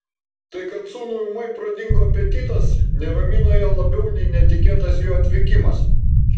tai kad sūnui ūmai pradingo apetitas neramino ją labiau nei netikėtas jo atvykimas